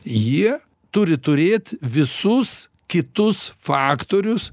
jie turi turėt visus kitus faktorius